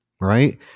right